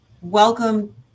Welcome